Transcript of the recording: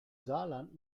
saarland